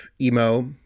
emo